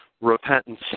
repentance